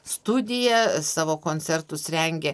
studiją savo koncertus rengė